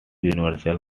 universal